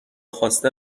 خواسته